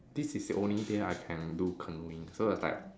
this is the only day I can do canoeing so it's like